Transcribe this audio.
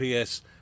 PS